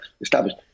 established